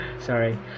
sorry